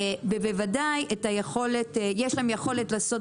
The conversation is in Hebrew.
ובוודאי כאשר יש להם יכולת לעשות